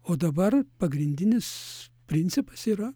o dabar pagrindinis principas yra